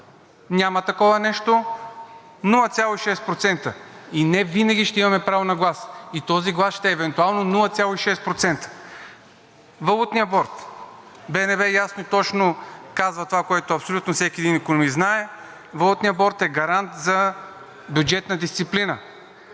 Няма такова нещо. 0,6% и не винаги ще имаме право на глас. И този глас ще е евентуално 0,6%. Валутният борд. БНБ ясно и точно казва това, което абсолютно всеки един икономист знае, Валутният борд е гарант за бюджетна дисциплина.